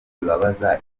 bibabaza